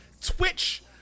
Twitch